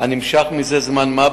מים לכיבוי אש דרך החלון בשבת,